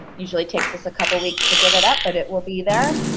usually takes us a couple weeks to get it up, but it will be there.